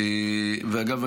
אגב,